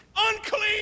unclean